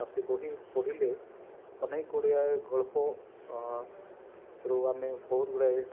ଆଉ ସେ ବହି ପଢ଼ିଲେ ଅନେକ ଗୁଡ଼ିଏ ଗଳ୍ପ ରୁ ଆମେ ବହୁତ ଗୁଡ଼ାଏ